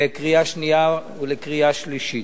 לקריאה שנייה ולקריאה שלישית.